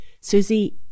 Susie